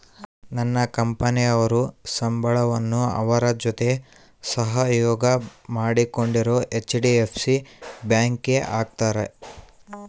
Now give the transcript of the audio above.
ನನ್ನ ಕಂಪನಿಯವರು ಸಂಬಳವನ್ನ ಅವರ ಜೊತೆ ಸಹಯೋಗ ಮಾಡಿಕೊಂಡಿರೊ ಹೆಚ್.ಡಿ.ಎಫ್.ಸಿ ಬ್ಯಾಂಕಿಗೆ ಹಾಕ್ತಾರೆ